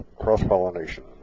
cross-pollination